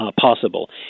possible